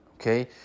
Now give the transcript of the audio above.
okay